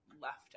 Left